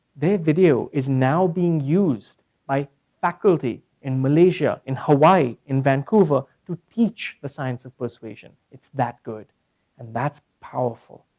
their video is now being used by faculty in malaysia, in hawaii, in vancouver, to teach the science of persuasion. it's that good and that's powerful.